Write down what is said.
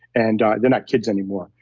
and they're not kids anymore.